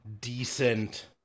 decent